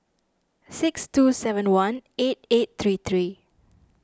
six two seven one eight eight three three